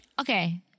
Okay